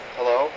Hello